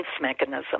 mechanism